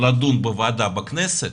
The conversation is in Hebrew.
לדון בוועדה בכנסת.